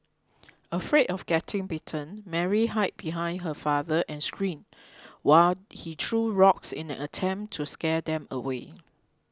afraid of getting bitten Mary hid behind her father and screamed while he threw rocks in an attempt to scare them away